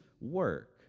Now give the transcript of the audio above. work